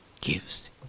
gives